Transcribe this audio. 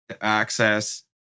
access